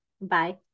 Bye